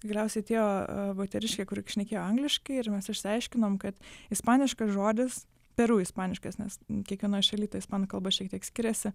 galiausiai atėjo moteriškė kuri šnekėjo angliškai ir mes išsiaiškinom kad ispaniškas žodis peru ispaniškas nes kiekvienoj šaly ta ispanų kalba šiek tiek skiriasi